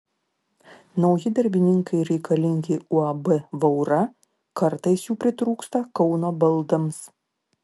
nauji darbininkai reikalingi uab vaura kartais jų pritrūksta kauno baldams